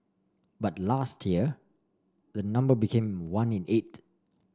but last year the number became one in eight